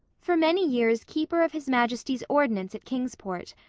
for many years keeper of his majesty's ordnance at kingsport.